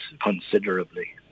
considerably